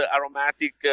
aromatic